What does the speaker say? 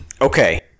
Okay